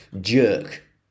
Jerk